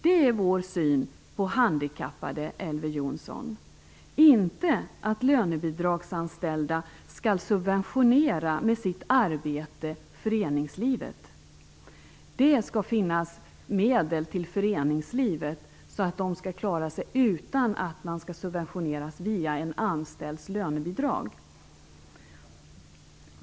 Det är vår syn på handikappade, Elver Jonsson, inte att lönebidragsanställda med sitt arbete skall subventionera föreningslivet. Det skall finnas medel till föreningslivet, så att man där klarar sig utan subventioner via en anställds lönebidrag.